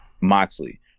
Moxley